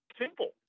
simple